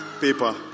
Paper